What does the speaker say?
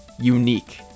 unique